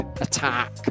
attack